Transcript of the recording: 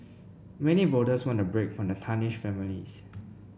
many voters want a break from the tarnished families